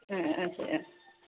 ம் ம் ம்